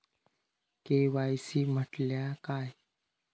KYC म्हटल्या काय?